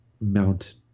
mount